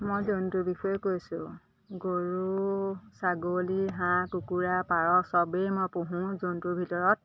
মই জন্তুৰ বিষয়ে কৈছোঁ গৰু ছাগলী হাঁহ কুকুৰা পাৰ চবেই মই পুহোঁ জন্তুৰ ভিতৰত